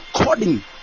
according